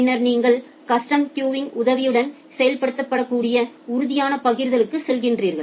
பின்னர் நீங்கள் கஸ்டம் கியூங்யின் உதவியுடன் செயல்படுத்தக்கூடிய உறுதியான பகிர்தலுக்கு செல்கிறீர்கள்